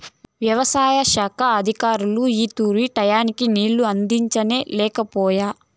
యవసాయ శాఖ అధికారులు ఈ తూరి టైయ్యానికి నీళ్ళు అందించనే లేకపాయె